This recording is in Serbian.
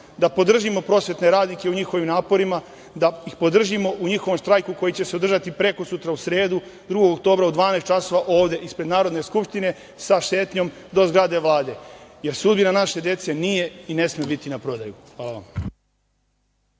da podržimo prosvetne radnike u njihovim naporima, da ih podržimo u njihovom štrajku koji će se održati prekosutra, u sredu 2. oktobra u 12.00 časova ovde ispred Narodne skupštine sa šetnjom do zgrade Vlade. Sudbina naše dece i ne sme biti na prodaju. Hvala.